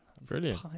Brilliant